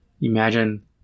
Imagine